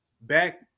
Back